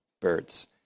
birds